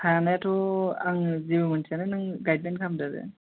थानायाथ' आं जेबो मोनथिआनो नों गायदलायन खालामदो आरो